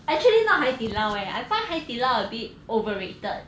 actually not 海底捞 eh I find 海底捞 abit overrated